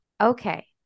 Okay